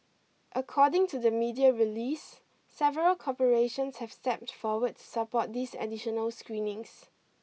according to the media release several corporations have stepped forward to support these additional screenings